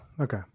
okay